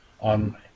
on